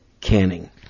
canning